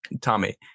tommy